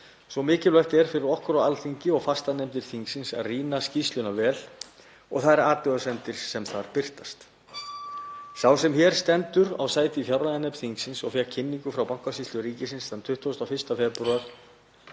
er mikilvægt fyrir okkur á Alþingi og fastanefndir þingsins að rýna skýrsluna vel og þær athugasemdir sem þar birtast. Sá sem hér stendur á sæti í fjárlaganefnd þingsins og fékk kynningu frá Bankasýslu ríkisins þann 21. febrúar